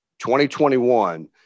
2021